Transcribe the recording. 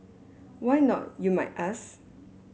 why not you might ask